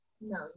No